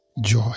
joy